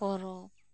ᱯᱚᱨᱚᱵᱽ